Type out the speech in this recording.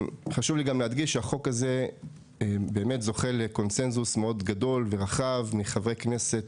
חשוב לי להדגיש שהחוק הזה זוכה לקונצנזוס מאוד גדול ורחב מחברי כנסת